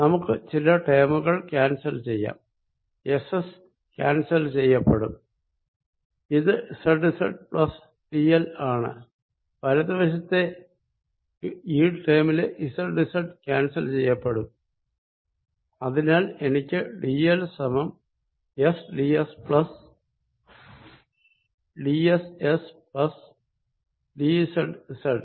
നമുക്ക് ചില ടേമുകൾ ക്യാൻസൽ ചെയ്യാം എസ് എസ് ക്യാൻസൽ ചെയ്യപ്പെടും ഇത് Z Z plus D L ആണ് വലതു വശത്തെ ഈ ടേമിലെ സെഡ് സെഡ് ക്യാൻസൽ ചെയ്യും അതിനാൽ എനിക്ക് ഡിഎൽ സമം S DS plus DS S plus DZ Z